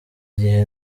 gihe